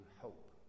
hope